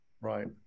Right